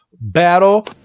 battle